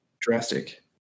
drastic